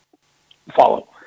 follow